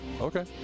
Okay